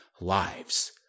lives